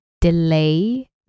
delay